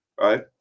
right